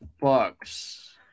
Bucks